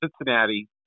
Cincinnati